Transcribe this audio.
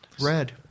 Red